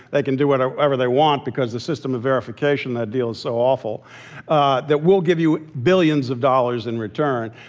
they can do whatever whatever they want because the system of verification that deal is so awful ah that we'll give you billions of dollars in return.